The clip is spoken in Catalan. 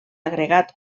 agregat